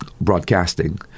broadcasting